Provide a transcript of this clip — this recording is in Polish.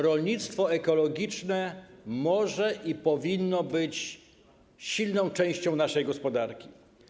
Rolnictwo ekologiczne może i powinno być silną częścią naszej gospodarki.